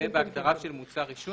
ובהגדרה של "מוצר עישון".